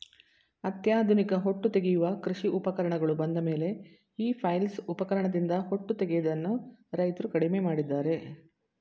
ಅತ್ಯಾಧುನಿಕ ಹೊಟ್ಟು ತೆಗೆಯುವ ಕೃಷಿ ಉಪಕರಣಗಳು ಬಂದಮೇಲೆ ಈ ಫ್ಲೈಲ್ ಉಪಕರಣದಿಂದ ಹೊಟ್ಟು ತೆಗೆಯದನ್ನು ರೈತ್ರು ಕಡಿಮೆ ಮಾಡಿದ್ದಾರೆ